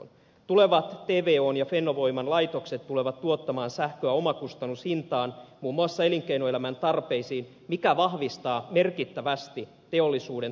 tulevat tvon ja fennovoiman laitokset tulevat tuottamaan sähköä omakustannushintaan muun muassa elinkeinoelämän tarpeisiin mikä vahvistaa merkittävästi teollisuuden toimintaedellytyksiä maassamme